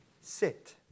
sit